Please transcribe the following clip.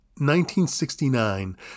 1969